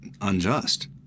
unjust